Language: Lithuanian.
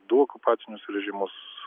du okupacinius režimus